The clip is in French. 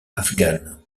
afghane